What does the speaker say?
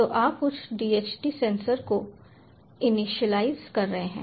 तो आप उस DHT सेंसर को इनिशियलाइज़ कर रहे हैं